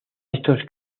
estos